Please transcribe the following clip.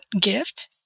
gift